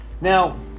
Now